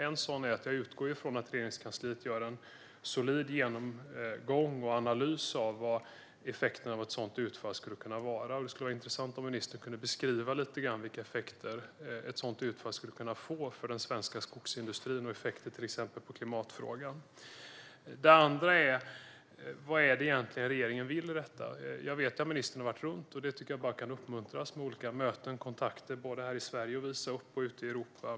En sådan är att jag utgår från att Regeringskansliet gör en solid genomgång och analys av vad effekterna av ett sådant utfall skulle kunna bli. Det skulle vara intressant att höra ministern beskriva vilka effekter ett sådant utfall skulle kunna få för den svenska skogsindustrin och på till exempel klimatfrågan. En annan fråga är vad regeringen egentligen vill i detta. Jag vet att ministern har åkt runt - det kan bara uppmuntras, tycker jag - och haft olika möten och kontakter, både här i Sverige för att visa upp och ute i Europa.